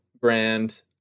brand